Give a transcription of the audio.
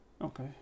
Okay